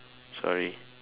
sorry